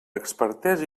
expertesa